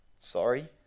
Sorry